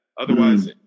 Otherwise